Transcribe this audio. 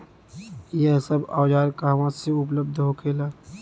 यह सब औजार कहवा से उपलब्ध होखेला?